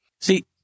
See